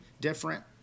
different